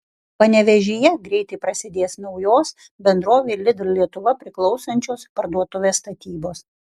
panevėžyje greitai prasidės naujos bendrovei lidl lietuva priklausančios parduotuvės statybos